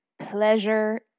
pleasure